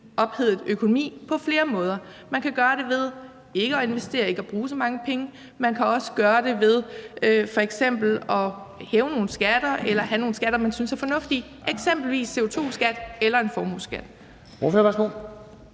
ophedet økonomi på flere måder. Man kan gøre det ved ikke at investere, ved ikke at bruge så mange penge, men man kan også gøre det ved f.eks. at hæve nogle skatter eller have nogle skatter, man synes er fornuftige, eksempelvis CO2-skat eller formueskat.